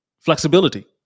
flexibility